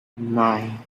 nine